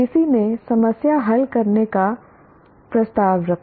किसी ने समस्या हल करने का कर प्रस्ताव रखा